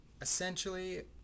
essentially